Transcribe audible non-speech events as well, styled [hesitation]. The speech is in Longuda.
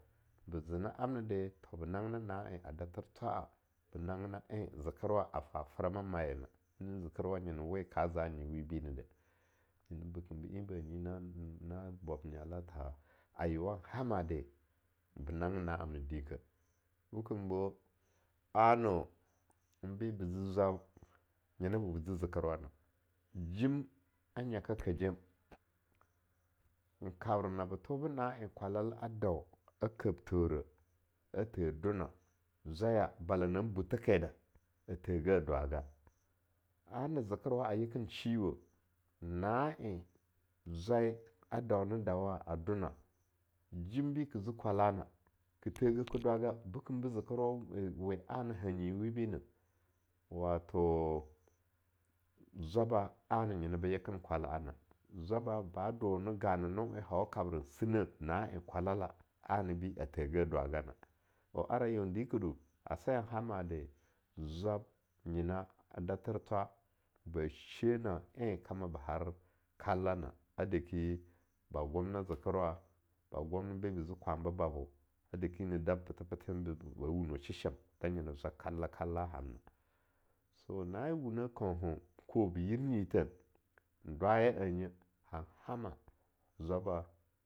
Be ze na amne de ben nanggina na ena dather thwa'a be nanggina na en zekerwa a fa frama mayena, nzekerwa nyena we ka zanyi wibi ne dah, nyena bekembe enbeh nyina [hesitation] bwab nyala tha a yeowan hamade ben nanggen na amnen dike, bekembo a-no beba ze zwab nyenabo ba zi zekerwana jim, a nyaka kajem, in kabra naba tho be na en kwalah a dau a kabtheu re a he dona, zwaya bala nan bu theke da, a the ge dwaga ana zekerwa ayeken shiweh, na en zwai a dau ne dawa a dona, jim be ke zi kwala na, [noise] ka the geh ka dwaga, bekem be zekerwa [hesitation] we ana hanyi wibiner wato, zwaba ana nyena be yeken kwala na, zwaba ba dono ganano en hau kabren sineh, na en kwalala anabi a the ga dwagan o ara yeon diki du, ase na haman zwab nyena a da therthwa ba she na'a en kama ba har kallana, a dek ba gumnina zekerwa, [noise] ba gumnina be ba zi kwanbebabo, a deki ne da pethen-pethen ba ba wunweh a sheshem da nyena zwa kalla-kalla hamna. So na en a wuneh kauha kwou ba yiri nyithen, ndwaya annye han hama zwaba.